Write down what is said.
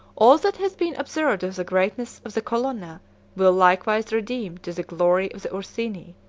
all that has been observed of the greatness of the colonna will likewise redeemed to the glory of the ursini,